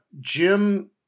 Jim